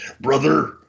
brother